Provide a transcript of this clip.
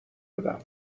بدم